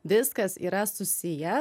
viskas yra susiję